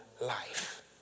life